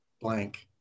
blank